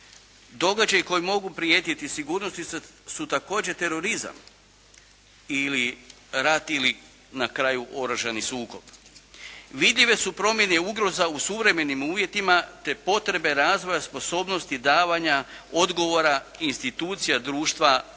Događaji koji mogu prijetiti sigurnosti su također terorizam ili rati ili, na kraju, oružani sukob. Vidljive su promjene ugroza u suvremenim uvjetima, te potrebe razvoja sposobnosti davanja odgovora institucija društva